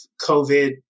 COVID